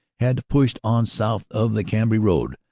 had pushed on south of the cambrai road,